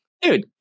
dude